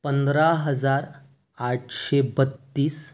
पंधरा हजार आठशे बत्तीस